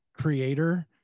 creator